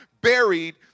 buried